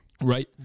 Right